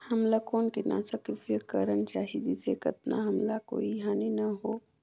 हमला कौन किटनाशक के उपयोग करन चाही जिसे कतना हमला कोई हानि न हो?